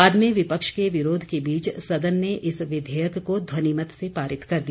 बाद में विपक्ष के विरोध के बीच सदन ने इस विधेयक को ध्वनिमत से पारित कर दिया